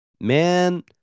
Man